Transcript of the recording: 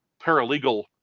paralegal